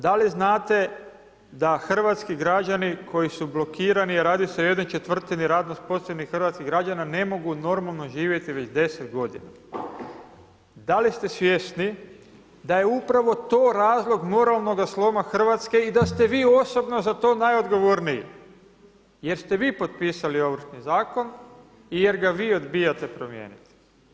Da li znate, da hrvatski građani, koji su blokirani, radi se o ¼ radno sposobnih hrvatskih građana ne mogu normalno živjeti već 10 g. Da li ste svjesni da je upravo to razlog moralnog sloma Hrvatske i da ste vi osobno za to najodgovorniji, jer ste vi potpisali Ovršni zakon i jer ga vi odbijate promijeniti.